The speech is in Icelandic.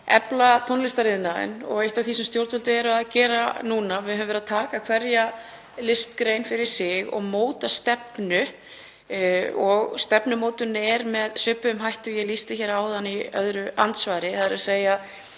efla tónlistariðnaðinn. Eitt af því sem stjórnvöld eru að gera núna er að við höfum verið að taka hverja listgrein fyrir sig og móta stefnu. Stefnumótunin er með svipuðum hætti og ég lýsti hér áðan í öðru andsvari, þ.e. við leitum